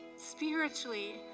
spiritually